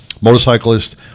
motorcyclist